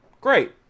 great